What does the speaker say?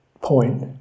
point